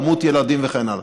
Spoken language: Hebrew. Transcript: כמות ילדים וכן הלאה.